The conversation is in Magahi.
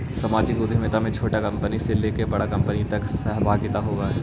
सामाजिक उद्यमिता में छोटा कंपनी से लेके बड़ा कंपनी तक के सहभागिता होवऽ हई